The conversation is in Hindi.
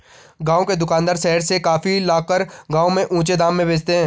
गांव के दुकानदार शहर से कॉफी लाकर गांव में ऊंचे दाम में बेचते हैं